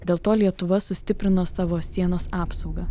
dėl to lietuva sustiprino savo sienos apsaugą